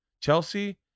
Chelsea